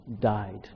died